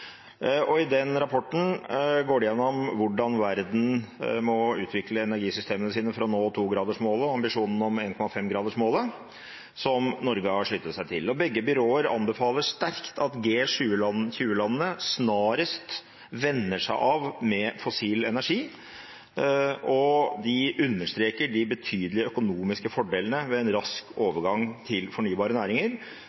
rapporten går de igjennom hvordan verden må utvikle energisystemene sine for å nå togradersmålet og ambisjonen om 1,5-gradersmålet, som Norge har sluttet seg til. Begge byråene anbefaler sterkt at G20-landene snarest venner seg av med fossil energi, og de understreker de betydelige økonomiske fordelene ved en rask